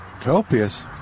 Copious